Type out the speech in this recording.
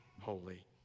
holy